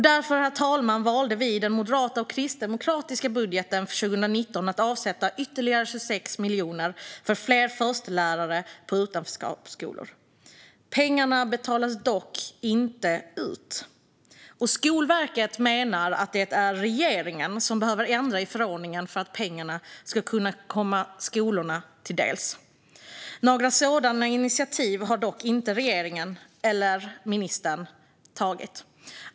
Därför, herr talman, valde vi att i den moderata och kristdemokratiska budgeten för 2019 avsätta ytterligare 26 miljoner för fler förstelärare på utanförskapsskolor. Pengarna betalades dock inte ut. Skolverket menar att regeringen behöver förändra i förordningen för att pengarna ska kunna komma skolorna till del. Några sådana initiativ har dock inte regeringen eller ministern tagit.